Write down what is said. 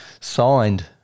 signed